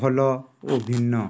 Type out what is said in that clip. ଭଲ ଓ ଭିନ୍ନ